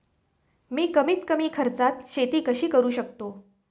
मी कमीत कमी खर्चात शेती कशी करू शकतो?